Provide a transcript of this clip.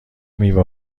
میوه